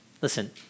Listen